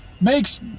makes